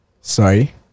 sorry